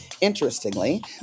Interestingly